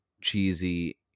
cheesy